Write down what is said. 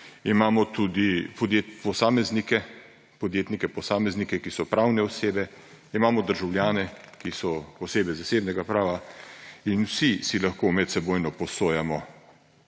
imamo tudi podjetnike posameznike, ki so pravne osebe, imamo državljane, ki so osebe zasebnega prava. In vsi si lahko medsebojno posojamo